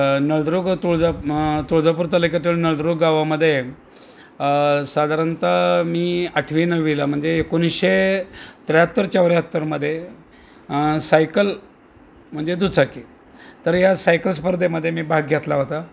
नळदुर्ग तुळजा तुळजापूर तालुख्यातील नळदुर्ग गावामध्ये साधारणतः मी आठवी नववीला म्हणजे एकोणीशे त्र्याहत्तर चौऱ्याहत्तरमध्ये सायकल म्हणजे दुचाकी तर या सायकल स्पर्धेमध्ये मी भाग घेतला होता